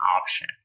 option